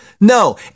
No